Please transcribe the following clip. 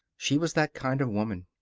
she was that kind of woman.